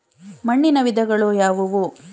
ಮಣ್ಣಿನ ವಿಧಗಳು ಯಾವುವು?